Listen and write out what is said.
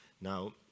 now